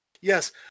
Yes